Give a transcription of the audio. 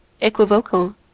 equivocal